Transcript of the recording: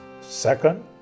Second